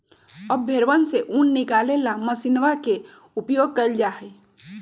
अब भेंड़वन से ऊन निकाले ला मशीनवा के उपयोग कइल जाहई